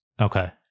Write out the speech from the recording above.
Okay